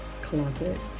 closet